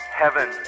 heaven